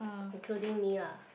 including me lah